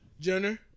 Jenner